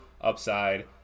upside